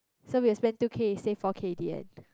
so we will spend two K save four K at the end